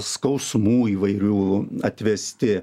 skausmų įvairių atvesti